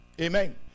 Amen